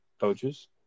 coaches